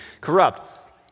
corrupt